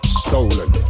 stolen